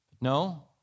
No